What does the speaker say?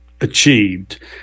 achieved